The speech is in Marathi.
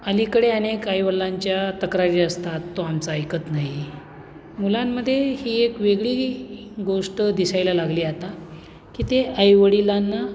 अलीकडे अनेक आईवडिलांच्या तक्रारी असतात तो आमचं ऐकत नाही मुलांमध्ये ही एक वेगळी गोष्ट दिसायला लागली आहे आता की ते आईवडिलांना